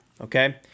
okay